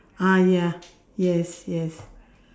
ah ya yes yes